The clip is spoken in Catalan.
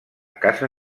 casa